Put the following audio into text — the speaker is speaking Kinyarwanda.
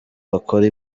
bakora